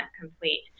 complete